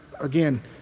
again